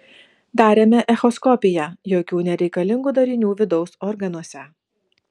darėme echoskopiją jokių nereikalingų darinių vidaus organuose